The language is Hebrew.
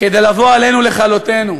כדי לעמוד עלינו לכלותנו,